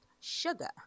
sugar